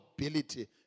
ability